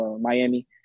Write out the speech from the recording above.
Miami